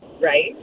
Right